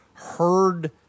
heard